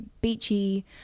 beachy